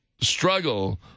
struggle